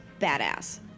badass